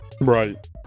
Right